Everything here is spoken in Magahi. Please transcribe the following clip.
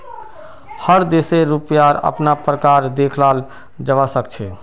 हर देशेर रुपयार अपना प्रकार देखाल जवा सक छे